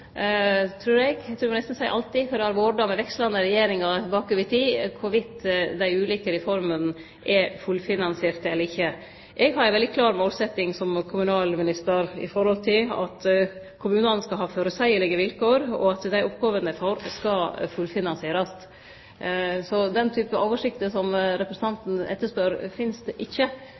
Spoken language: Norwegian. eg trur eg nesten vil seie alltid, for det har vore slik med vekslande regjeringar bakover – om i kva grad dei ulike reformene er fullfinansierte eller ikkje. Eg har ei veldig klar målsetjing som kommunalminister om at kommunane skal ha føreseielege vilkår, og at dei oppgåvene dei får, skal fullfinansierast. Så den typen oversikt som representanten etterspør, finst ikkje,